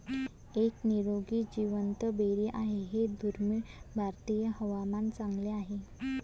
एक निरोगी जिवंत बेरी आहे हे दुर्मिळ भारतीय हवामान चांगले आहे